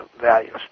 values